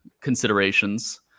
considerations